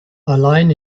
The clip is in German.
allein